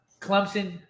Clemson